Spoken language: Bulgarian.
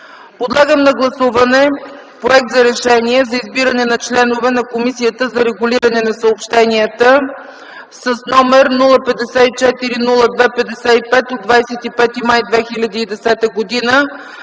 Подлагам на гласуване проект за Решение за избиране на членове на Комисията за регулиране на съобщенията, № 054-02-55, от 25 май 2010 г.,